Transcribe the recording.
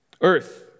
Earth